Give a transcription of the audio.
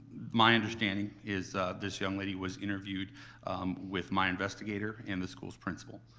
my understanding is this young lady was interviewed with my investigator and the school's principal.